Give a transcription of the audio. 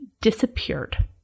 disappeared